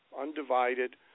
undivided